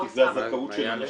למה כי זה הזכאות של הנשים?